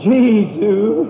Jesus